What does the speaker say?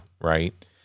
right